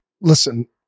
Listen